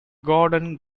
garden